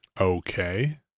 Okay